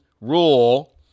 rule